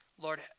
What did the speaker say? Lord